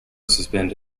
suspend